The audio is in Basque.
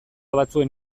batzuen